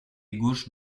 gauche